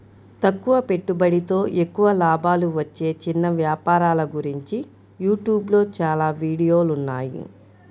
తక్కువ పెట్టుబడితో ఎక్కువ లాభాలు వచ్చే చిన్న వ్యాపారాల గురించి యూట్యూబ్ లో చాలా వీడియోలున్నాయి